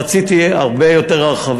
רציתי הרחבה רבה יותר,